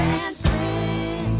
Dancing